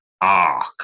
arc